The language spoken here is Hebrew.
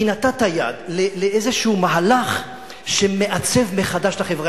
כי נתת יד לאיזה מהלך שמעצב מחדש את החברה